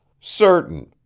Certain